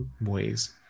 ways